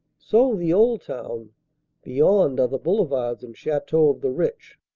so the old town beyond are the boulevards and chateaux of the rich.